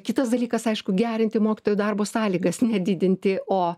kitas dalykas aišku gerinti mokytojų darbo sąlygas nedidinti o